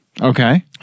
Okay